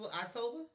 October